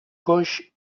coix